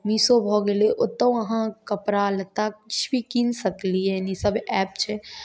मीशो भऽ गेलय ओत्तौ अहाँ कपड़ा लत्ता किछु भी कीन सकलियैहन ई सभ ऐप छै